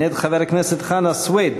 מאת חבר הכנסת חנא סוייד,